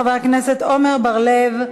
חבר הכנסת עמר בר-לב,